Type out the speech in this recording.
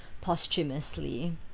posthumously